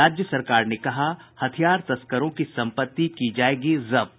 राज्य सरकार ने कहा हथियार तस्करों की सम्पत्ति की जायेंगी जब्त